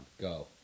Go